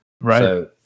right